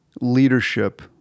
leadership